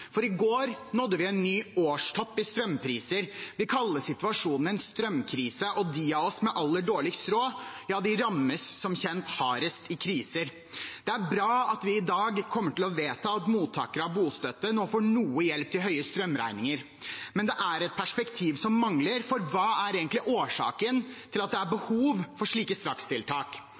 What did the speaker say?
I går nådde vi en ny årstopp i strømpriser. Vi kaller situasjonen en strømkrise, og de av oss med aller dårligst råd rammes som kjent hardest i kriser. Det er bra at vi i dag kommer til å vedta at mottakere av bostøtte nå får noe hjelp til høye strømregninger. Men det er et perspektiv som mangler, for hva er egentlig årsaken til at det er behov for slike strakstiltak?